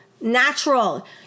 natural